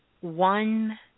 one